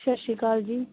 ਸਤਿ ਸ਼੍ਰੀ ਅਕਾਲ ਜੀ